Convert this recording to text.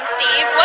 Steve